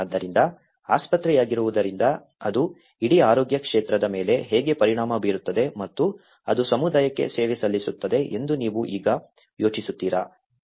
ಆದ್ದರಿಂದ ಆಸ್ಪತ್ರೆಯಾಗಿರುವುದರಿಂದ ಅದು ಇಡೀ ಆರೋಗ್ಯ ಕ್ಷೇತ್ರದ ಮೇಲೆ ಹೇಗೆ ಪರಿಣಾಮ ಬೀರುತ್ತದೆ ಮತ್ತು ಅದು ಸಮುದಾಯಕ್ಕೆ ಸೇವೆ ಸಲ್ಲಿಸುತ್ತದೆ ಎಂದು ನೀವು ಈಗ ಯೋಚಿಸುತ್ತೀರಾ